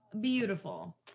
beautiful